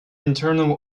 internal